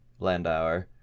Landauer